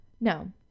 No